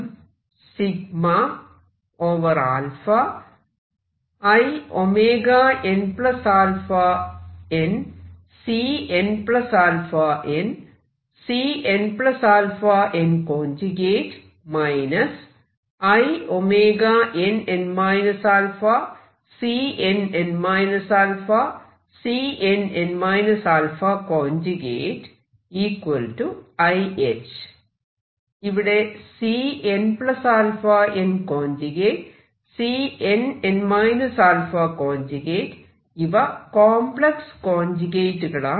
ഇവിടെ Cnαn Cn n α ഇവ complex conjugate കളാണ്